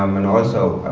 um and also,